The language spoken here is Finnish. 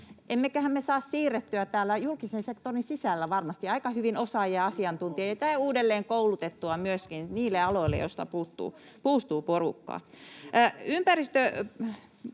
Emmeköhän me saa siirrettyä täällä julkisen sektorin sisällä varmasti aika hyvin osaajia ja asiantuntijoita ja uudelleenkoulutettua heitä myöskin niille aloille, joilta puuttuu porukkaa. Ympäristöpolitiikasta